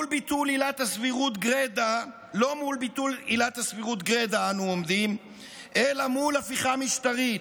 לא מול ביטול עילת הסבירות גרידא אנו עומדים אלא מול הפיכה משטרית.